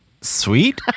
sweet